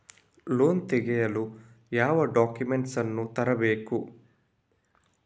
Loan ತೆಗೆಯಲು ಯಾವ documents ಅನ್ನು ತರಬೇಕು?